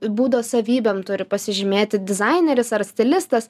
būdo savybėm turi pasižymėti dizaineris ar stilistas